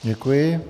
Děkuji.